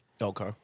Okay